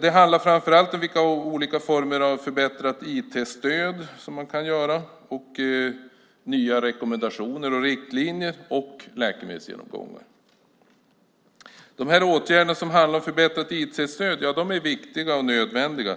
Det handlar framför allt om olika former av förbättrat IT-stöd, om nya rekommendationer och riktlinjer och om läkemedelsgenomgångar. Åtgärderna som handlar om förbättrat IT-stöd är viktiga och nödvändiga,